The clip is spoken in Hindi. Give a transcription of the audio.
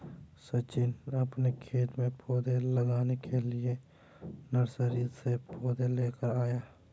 सचिन अपने खेत में पौधे लगाने के लिए नर्सरी से पौधे लेकर आया